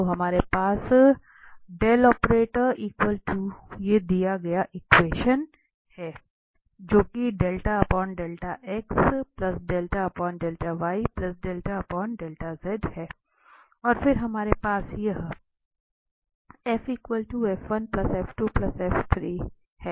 तो हमारे पास है और फिर हमारे पास यह है